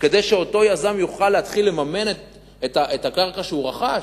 כדי שאותו יזם יוכל להתחיל לממן את הקרקע שהוא רכש.